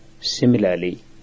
similarly